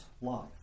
life